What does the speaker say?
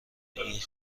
این